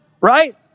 right